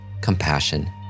compassion